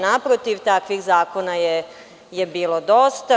Naprotiv, takvih zakona je bilo dosta.